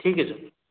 ठीक है सर